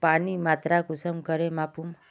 पानीर मात्रा कुंसम करे मापुम?